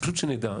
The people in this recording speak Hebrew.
פשוט שנדע.